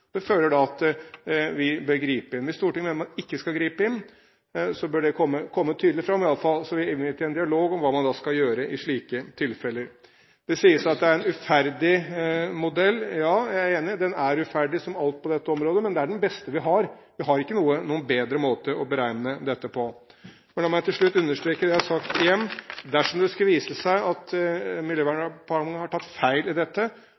Det fører til at vi bør gripe inn. Hvis Stortinget mener man ikke skal gripe inn, bør det komme tydelig fram, så vi iallfall kan innby til en dialog om hva vi skal gjøre i slike tilfeller. Det sies at det er en uferdig modell. Ja, jeg er enig i det. Den er uferdig, som alt på dette området, men det er den beste vi har. Vi har ikke noen bedre måte å beregne dette på. La meg til slutt igjen understreke det jeg har sagt: Dersom det skulle vise seg at Miljødepartementet har tatt feil i dette,